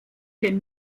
den